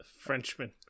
Frenchman